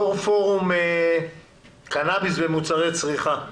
יו"ר פורום קנאביס ומוצרי צריכה.